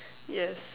yes